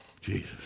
Jesus